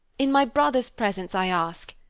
in my brother's presence i ask,